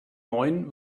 neun